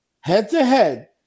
head-to-head